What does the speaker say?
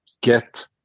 get